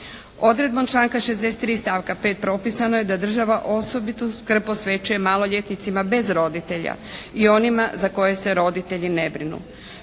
Odredbom članka 63. stavka 5. propisano je da država osobitu skrb posvećuje maloljetnicima bez roditelja i onima za koje se roditelji ne brinu.